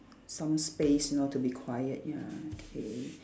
some space you know to be quiet ya okay